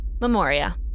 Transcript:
Memoria